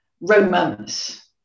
romance